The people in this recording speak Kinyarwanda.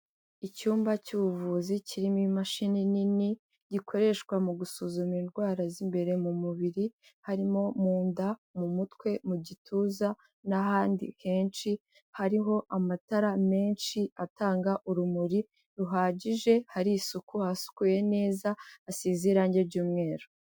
Icyumba cy'ubuvuzi kirimo imashini nini gikoreshwa mu gusuzuma indwara z'imbere mu mubiri, harimo mu nda, mu mutwe, mu gituza n'ahandi henshi, hariho amatara menshi atanga urumuri ruhagije, hari isuku hasukuye neza, hasize irangi ry'umweru.